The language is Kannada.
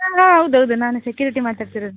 ಹಾಂ ಹೌದೌದು ನಾನು ಸೆಕ್ಯೂರಿಟಿ ಮಾತಾಡ್ತಿರೋದು